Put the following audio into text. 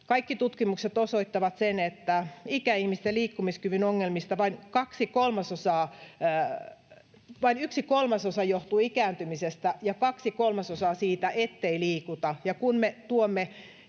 kaikki tutkimukset osoittavat, että ikäihmisten liikkumiskyvyn ongelmista vain yksi kolmasosa johtuu ikääntymisestä ja kaksi kolmasosaa siitä, ettei liikuta.